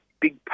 big